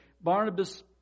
Barnabas